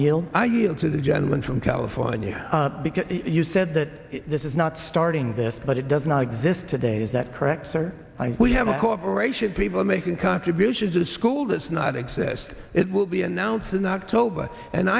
yield to the gentleman from california because you said that this is not starting this but it does not exist today is that correct sir we have a corporation people are making contributions to the school that's not exist it will be announced in october and